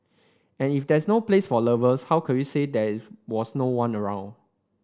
and if that's no place for lovers how could we say there's was no one around